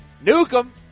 Newcomb